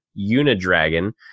Unidragon